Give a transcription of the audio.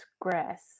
grass